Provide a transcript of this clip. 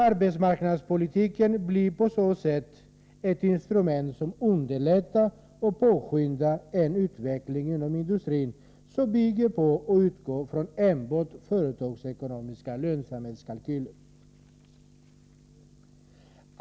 Arbetsmarknadspolitiken blir på så sätt ett instrument som inom industrin underlättar och påskyndar en utveckling som bygger på och utgår från enbart företagsekonomiska lönsamhetskalkyler.